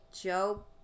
joe